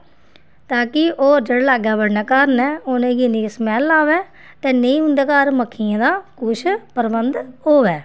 ताकि होर जेह्ड़े लागे बन्ने घर न उ'नेंगी इन्नी स्मैल्ल आवै ते नेईं उं'दे घर मक्खियें दा कुछ प्रबन्ध होऐ